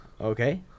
Okay